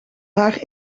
haar